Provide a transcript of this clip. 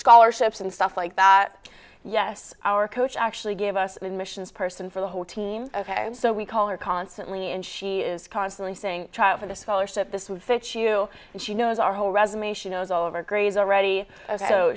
scholarships and stuff like that yes our coach actually gave us an admissions person for the whole team ok so we called her constantly and she is constantly saying trial for the scholarship this would fit you and she knows our whole resume she knows overgraze already